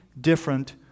different